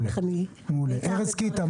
ארז קיטה,